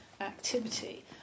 activity